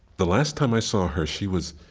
the last time i saw her, she was,